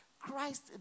Christ